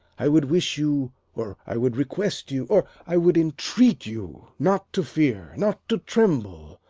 i would wish you' or i would request you or i would entreat you not to fear, not to tremble.